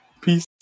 Peace